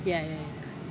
ya ya ya